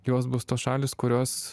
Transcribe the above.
jos bus tos šalys kurios